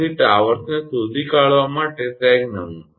તેથી ટાવર્સને શોધી કાઢવા માટે સેગ નમૂનો